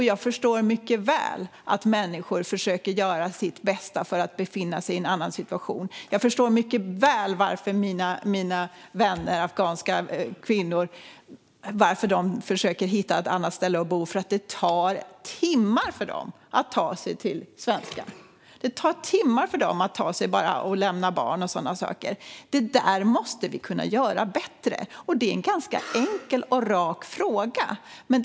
Jag förstår mycket väl att människor försöker göra sitt bästa för att befinna sig i en annan situation och varför de afghanska kvinnor som är mina vänner försöker hitta ett annat ställe att bo på. Det tar timmar för dem att ta sig till svenskan eller att lämna barn och sådana saker. Detta måste vi kunna göra bättre. Det är en ganska enkel och rak fråga. Fru talman!